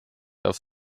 auf